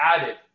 added